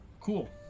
Cool